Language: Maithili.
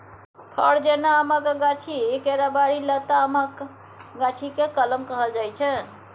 फर जेना आमक गाछी, केराबारी, लतामक गाछी केँ कलम कहल जाइ छै